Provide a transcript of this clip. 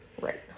Right